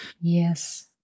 Yes